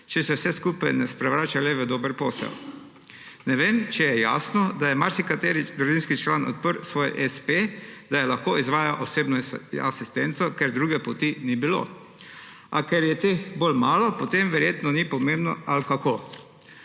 če se vse skupaj ne sprevrača le v dober posel. Ne vem, če je jasno, da je marsikateri družinski član odprl svoj espe, da je lahko izvajal osebno asistenco, ker druge poti ni bilo. A ker je teh bolj malo, potem verjetno ni pomembno, ali kako?